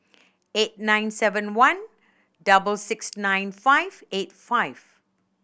eight nine seven one double six nine five eight five